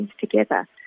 together